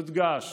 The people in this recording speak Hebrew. יודגש